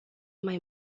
mai